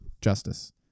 Justice